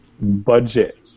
budget